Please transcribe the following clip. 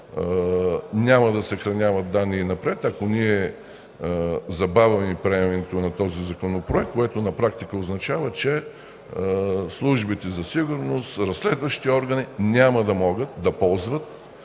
Няма да съхраняват данни и занапред, ако ние забавим приемането на този Законопроект. Това на практика означава, че службите за сигурност, разследващите органи, няма да могат да ползват